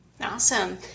Awesome